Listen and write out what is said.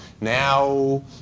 Now